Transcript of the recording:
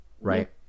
Right